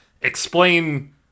explain